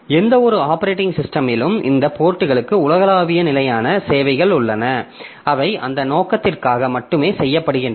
எந்தவொரு ஆப்பரேட்டிங் சிஸ்டமிலும் இந்த போர்ட்களுக்கு உலகளாவிய நிலையான சேவைகள் உள்ளன அவை அந்த நோக்கத்திற்காக மட்டுமே செய்யப்படுகின்றன